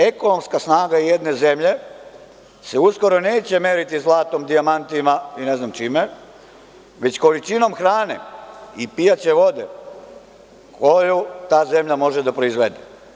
Ekonomska snaga jedne zemlje se uskoro neće meriti zlatom, dijamantima i ne znam čime, već količinom hrane i pijaće vode koju ta zemlja može da proizvede.